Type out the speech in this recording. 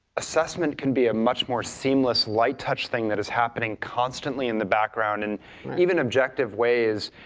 assessment can be a much more seamless light touch thing that is happening constantly in the background, and even objective ways.